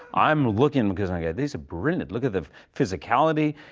i'm looking because i go, these are brilliant, look at the physicality,